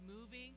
moving